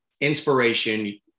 inspiration